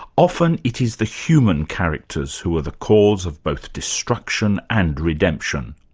often it is the human characters who are the cause of both destruction and redemption.